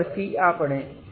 2 milliamp અને તે જ રીતે આગળ